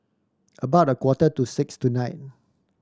about a quarter to six tonight